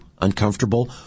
uncomfortable